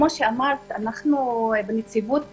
כפי שאמרת, אנחנו בנציבות